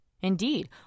Indeed